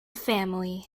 family